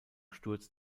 sturz